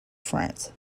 france